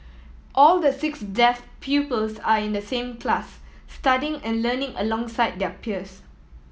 all the six deaf pupils are in the same class studying and learning alongside their peers